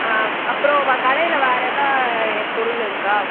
அப்புறம் வ கடையில் வேறு எதாது பொருள் இருக்கா